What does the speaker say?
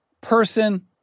person